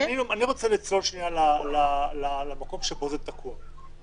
אני רוצה לצלול שנייה למקום שבו זה תקוע.